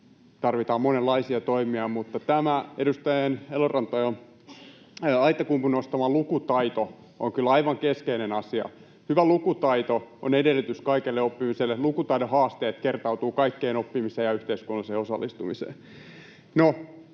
Tarvitaan monenlaisia toimia. Mutta tämä edustaja Elorannan ja Aittakummun nostama lukutaito on kyllä aivan keskeinen asia. Hyvä lukutaito on edellytys kaikelle oppimiselle. Lukutaidon haasteet kertautuvat kaikkeen oppimiseen ja yhteiskunnalliseen osallistumiseen.